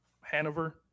Hanover